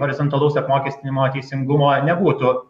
horizontalaus apmokestinimo teisingumo nebūtų